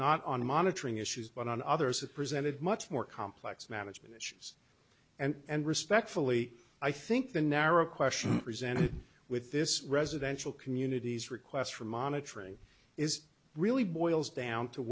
not on monitoring issues but on others it presented much more complex management issues and respectfully i think the narrow question presented with this residential communities request for monitoring is really boils down to